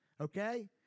Okay